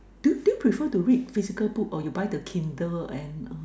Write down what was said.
do do you prefer to read physical book or you buy the Kindle and uh